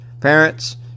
Parents